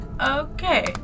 Okay